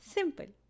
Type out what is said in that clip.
Simple